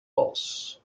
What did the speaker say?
boss